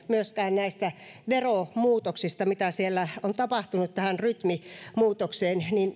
myöskään näistä veromuutoksista mitä siellä on tapahtunut tästä rytmimuutoksesta niin